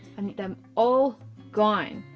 i need them all gone,